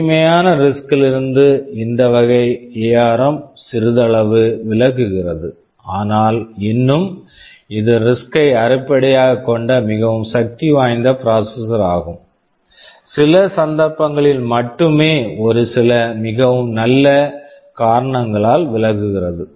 தூய்மையான risk RISC லிருந்து இந்தவகை ARM ARM சிறிதளவு விலகுகிறது ஆனால் இன்னும் இது ரிஸ்க் RISC ஐ அடிப்படையாகக் கொண்ட மிகவும் சக்திவாய்ந்த ப்ராசஸர் processor ஆகும் சில சந்தர்ப்பங்களில் மட்டுமே ஒரு சில மிகவும் நல்ல காரணங்களால் விலகுகிறது